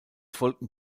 folgten